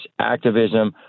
activism